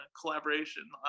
collaboration